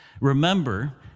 Remember